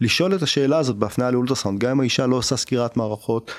לשאול את השאלה הזאת בהפנייה לאולטרסאונד, גם אם האישה לא עשה סקירת מערכות.